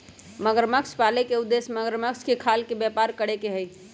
मगरमच्छ पाले के उद्देश्य मगरमच्छ के खाल के व्यापार करे के हई